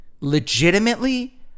legitimately